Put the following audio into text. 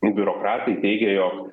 biurokratai teigia jog